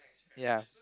ya